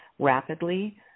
rapidly